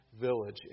village